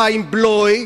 חיים בלוי,